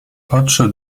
podszedł